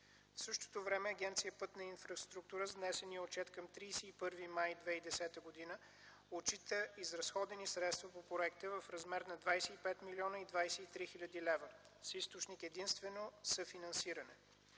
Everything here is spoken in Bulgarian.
В същото време Агенция „Пътна инфраструктура” с внесения отчет към 31 май 2010 г. отчита изразходени средства по проекта в размер на 25 млн. 23 хил. лв., с източник единствено съфинансиране.